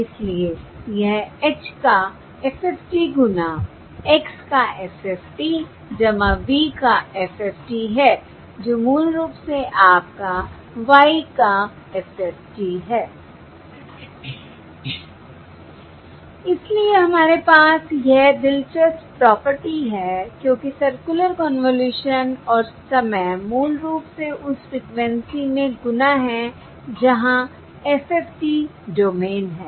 इसलिए यह h का FFT गुणा x का FFT V का FFT है जो मूल रूप से आपका y का FFT हैI इसलिए हमारे पास यह दिलचस्प प्रॉपर्टी है क्योंकि सर्कुलर कन्वॉल्यूशन और समय मूल रूप से उस फ्रिकवेंसी में गुणा है जहां FFT डोमेन है